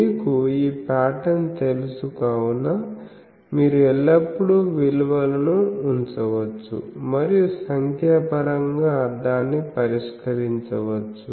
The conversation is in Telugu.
మీకు ఈ ప్యాటర్న్ తెలుసు కావున మీరు ఎల్లప్పుడూ విలువను ఉంచవచ్చు మరియు సంఖ్యాపరంగా దాన్ని పరిష్కరించవచ్చు